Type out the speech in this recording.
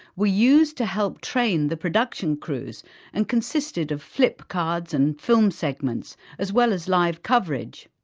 were used to help train the production crews and consisted of flip cards and film segments, as well as live coverage.